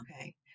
Okay